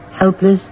helpless